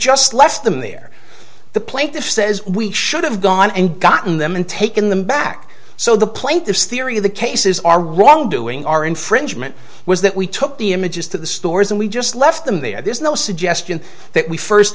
just left them there the plaintiff says we should have gone and gotten them and taken them back so the plaintiff's theory of the case is our wrongdoing our infringement was that we took the images to the stores and we just left them there there's no suggestion that we first